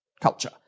culture